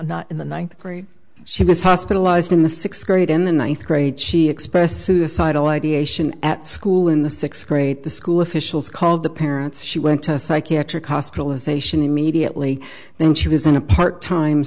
not in the ninth grade she was hospitalized in the sixth grade in the ninth grade she expressed suicidal ideation at school in the sixth grade the school officials called the parents she went to psychiatric hospitalization immediately then she was in a part time